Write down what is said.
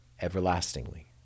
everlastingly